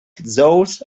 those